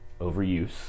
overuse